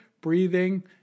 breathing